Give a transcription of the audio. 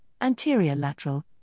anterior-lateral